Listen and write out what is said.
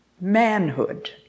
manhood